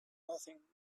nothing